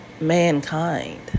mankind